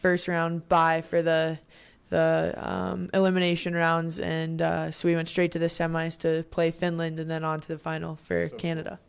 first round by for the elimination rounds and so we went straight to the semis to play finland and then on to the final for canada